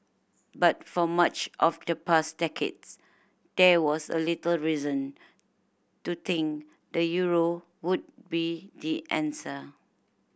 but for much of the past decades there was a little reason to think the euro would be the answer